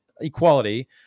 equality